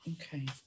Okay